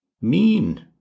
Mean